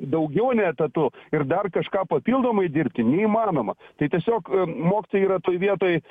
daugiau nei etatu ir dar kažką papildomai dirbti neįmanoma tai tiesiog mokytojai yra toj vietoj